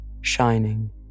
shining